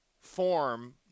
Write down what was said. form